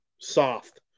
soft